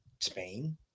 Spain